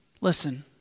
Listen